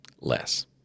less